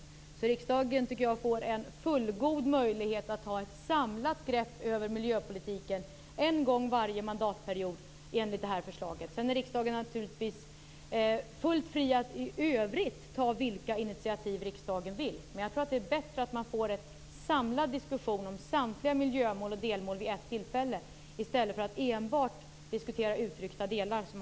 Jag menar alltså att riksdagen enligt förslaget får en fullgod möjlighet att ta ett samlat grepp över miljöpolitiken en gång varje mandatperiod. Riksdagen är naturligtvis fullt fri att i övrigt ta vilka initiativ som den vill ta, men jag tror att det är bättre att få en samlad diskussion om samtliga miljömål och delmål vid ett tillfälle än att, som man har gjort hittills, enbart diskutera utryckta delar.